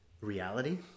reality